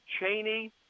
Cheney